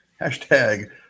hashtag